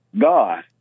God